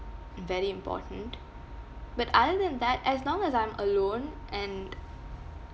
very important but other than that as long as I'm alone and